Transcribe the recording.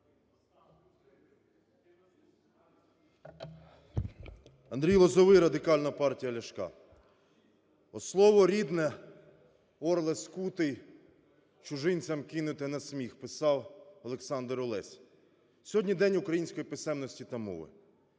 Андрій Лозовий, Радикальна партія Ляшка. "Слово рідне - орле скутий, чужинцям кинуте на сміх", - писав Олександр Олесь. Сьогодні День української писемності та мови.